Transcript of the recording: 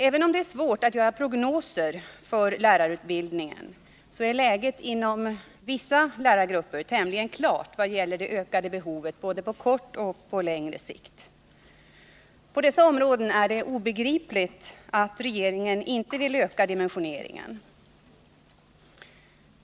Även om det är svårt att göra prognoser, är läget inom vissa lärargrupper tämligen klart vad gäller det ökade behovet både på kort sikt och på längre sikt. På dessa områden är det obegripligt att regeringen inte vill öka dimensioneringen.